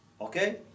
Okay